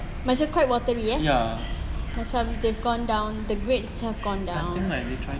macam quite watery eh macam they've gone down the greats have gone down